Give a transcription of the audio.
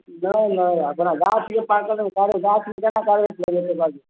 धुर महराज तोरा गाछके पाकल हउ गाछमे कोना कार्बेट लगेतै बाजू